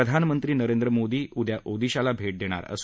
प्रधानमंत्री नंरेद्र मोदी उद्या ओदिशाला भेट देणार आहेत